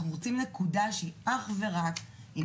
אנחנו רוצים נקודה שהיא אך ורק עם